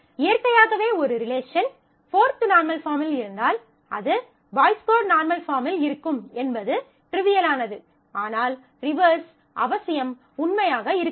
இயற்கையாகவே ஒரு relation 4 normal பாஃர்ம்மில் இருந்தால் அது பாய்ஸ் கோட் நார்மல் பாஃர்ம்மில் இருக்கும் என்பது ட்ரிவியல் ஆனது ஆனால் ரிவர்ஸ் அவசியம் உண்மையாக இருக்காது